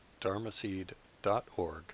dharmaseed.org